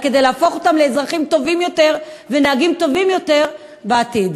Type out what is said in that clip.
כדי להפוך אותם לאזרחים טובים יותר ולנהגים טובים יותר בעתיד.